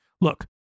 Look